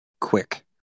quick